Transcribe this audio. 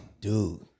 Dude